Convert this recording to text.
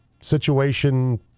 situation